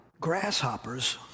Grasshoppers